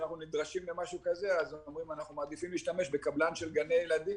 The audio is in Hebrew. כשאנחנו נדרשים למשהו כזה אז הם אומרים שהם מעדיפים קבלן של גני ילדים